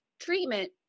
treatment